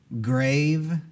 grave